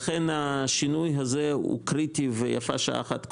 לכן, השינוי הזה הוא קריטי, ויפה שעה אחת קודם.